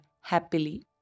happily